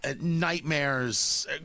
nightmares